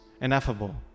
ineffable